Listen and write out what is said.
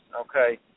okay